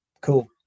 Cool